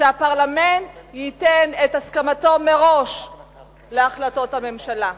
שהפרלמנט ייתן את הסכמתו מראש להחלטות הממשלה.